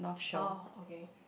oh okay